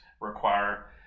require